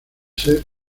ser